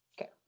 Okay